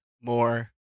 more